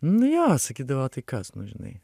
nui jo sakydavo tai kas nu žinai